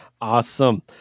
awesome